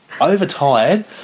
overtired